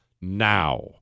now